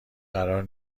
قرار